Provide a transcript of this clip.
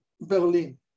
Berlin